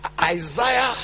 Isaiah